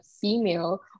female